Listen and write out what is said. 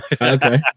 okay